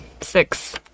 Six